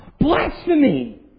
blasphemy